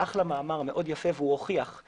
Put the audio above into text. אני מחדשת את הישיבה.